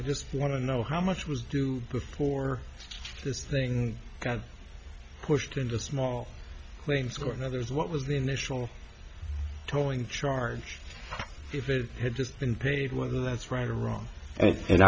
i just want to know how much was due before this thing got pushed into small claims court and others what was the initial towing charge if it had just been paid whether that's right or wrong and